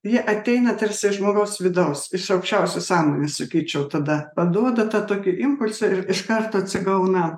ji ateina tarsi iš žmogaus vidaus iš aukščiausios sąmonės sakyčiau tada paduoda tą tokį impulsą ir iš karto atsigauna